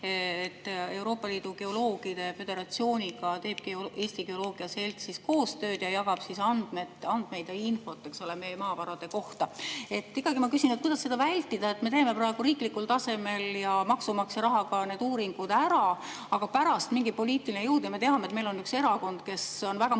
Euroopa Geoloogide Föderatsiooniga teeb Eesti Geoloogia Selts koostööd ning jagab andmeid ja infot meie maavarade kohta. Ma ikkagi küsin, et kuidas seda vältida, et me teeme praegu riiklikul tasemel ja maksumaksja rahaga need uuringud ära, aga pärast mingi poliitiline jõud [sekkub]. Me teame, et meil on üks erakond, kes on väga mõjutatav